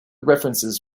references